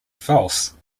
false